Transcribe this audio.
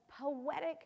poetic